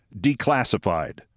declassified